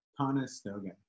Conestoga